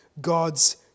God's